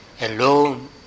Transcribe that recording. alone